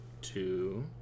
two